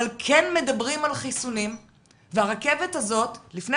אבל כן מדברים על חיסונים והרכבת הזאת לפני